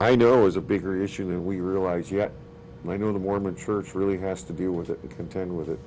i know is a bigger issue than we realize you have one or the mormon church really has to deal with it and contend with it